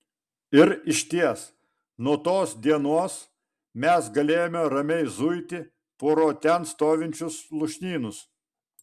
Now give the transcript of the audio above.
ir išties nuo tos dienos mes galėjome ramiai zuiti pro ten stovinčius lūšnynus